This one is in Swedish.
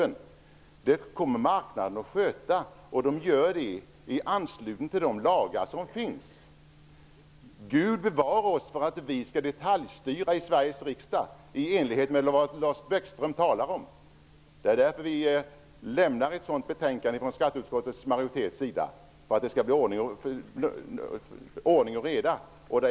Det kommer marknaden att sköta, och det gör den i anslutning till de lagar som finns. Gud bevare oss för att vi i Sveriges riksdag skulle detaljstyra i enlighet med det som Lars Bäckström talar om! Vi har utformat det betänkande som skatteutskottet avgivit för att det skall bli ordning och reda.